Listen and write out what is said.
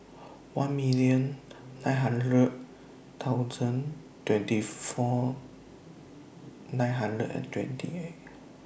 one million nine hundred thousand twenty four nine hundred and twenty eight